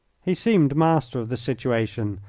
he seemed master of the situation,